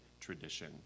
tradition